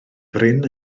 brin